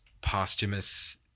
posthumous